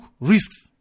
risks